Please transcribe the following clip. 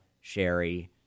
Sherry